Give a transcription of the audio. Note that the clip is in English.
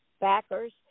backers